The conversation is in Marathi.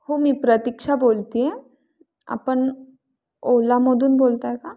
हो मी प्रतीक्षा बोलते आहे आपण ओलामधून बोलत आहे का